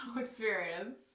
experience